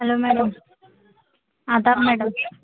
hello madam آداب madam